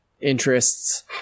interests